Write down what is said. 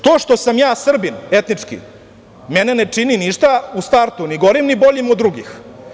To što sam ja Srbin etnički mene ne čini ništa u startu ni gorim ni boljim od drugih.